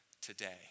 today